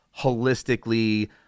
holistically